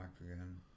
again